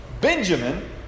Benjamin